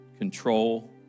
control